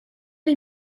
les